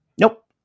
Nope